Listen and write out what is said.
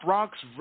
Rocks